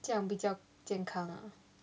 这样比较健康啊